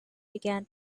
began